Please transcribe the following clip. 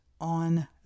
on